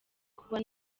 kuba